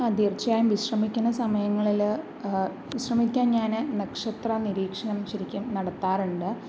ആ തീർച്ചയായും വിശ്രമിക്കുന്ന സമയങ്ങളിൽ വിശ്രമിക്കാൻ ഞാൻ നക്ഷത്ര നിരീക്ഷണം ശരിക്കും നടത്താറുണ്ട്